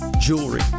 jewelry